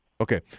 Okay